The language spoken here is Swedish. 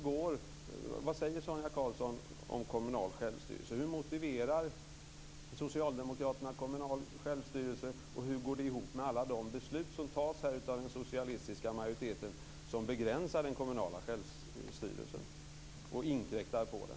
Karlsson om kommunal självstyrelse? Hur motiverar socialdemokraterna kommunal självstyrelse, och hur går det ihop med alla de beslut som tas här av den socialistiska majoriteten som begränsar den kommunala självstyrelsen och inkräktar på den?